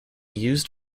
used